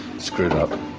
screwed up.